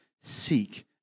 seek